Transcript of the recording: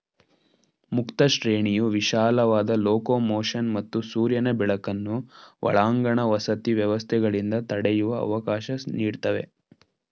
ಮುಕ್ತ ಶ್ರೇಣಿಯು ವಿಶಾಲವಾದ ಲೊಕೊಮೊಷನ್ ಮತ್ತು ಸೂರ್ಯನ ಬೆಳಕನ್ನು ಒಳಾಂಗಣ ವಸತಿ ವ್ಯವಸ್ಥೆಗಳಿಂದ ತಡೆಯುವ ಅವಕಾಶ ನೀಡ್ತವೆ